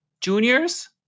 juniors